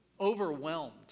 overwhelmed